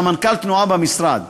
סמנכ"ל תנועה במשרד.